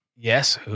Yes